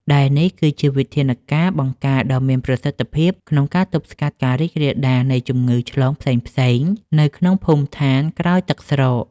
ដែលនេះគឺជាវិធានការបង្ការដ៏មានប្រសិទ្ធភាពក្នុងការទប់ស្កាត់ការរីករាលដាលនៃជំងឺឆ្លងផ្សេងៗនៅក្នុងភូមិឋានក្រោយទឹកស្រក។